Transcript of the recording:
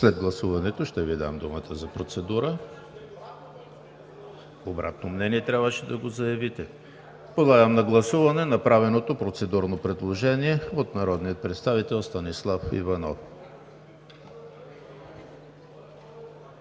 След гласуването ще Ви дам думата за процедура. Обратно мнение – трябваше да го заявите. Подлагам на гласуване направеното процедурно предложение от народния представител Станислав Иванов.